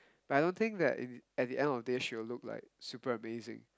but I don't think that e~ at the end of the day she will look like super amazing